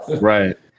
right